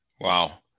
wow